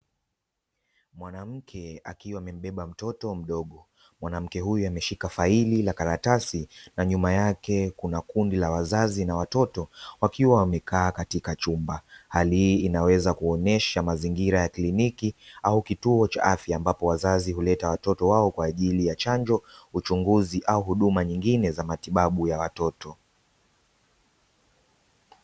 Mwanamke akiwa amembeba mtoto mdogo mwanamke huyu ameshika faili la karatasi na nyuma yake kuna kundi la wazazi na watoto wakiwa wamekaa katika chumba. Hali hii inaweza kuonesha mazingira ya kliniki au kituo cha afya ambapo wazazi huleta watoto wao kwa ajili ya chanjo, uchunguzi au huduma nyingine za matibabu ya watoto.